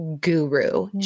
guru